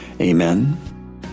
Amen